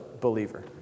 believer